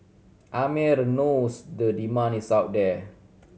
Amer knows the demand is out there